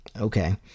okay